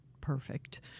perfect